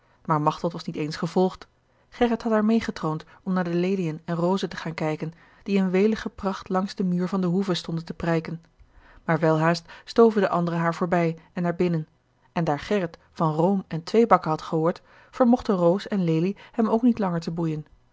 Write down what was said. maar machteld was niet eens gevolgd gerrit had haar meêgetroond om naar de leliën en rozen te gaan kijken die in welige pracht langs de muur van de hoeve stonden te prijken maar welhaast stoven de anderen haar voorbij en naar binnen en daar gerrit van room en tweebacken had gehoord vermochten roos en lelie hem ook niet langer te boeien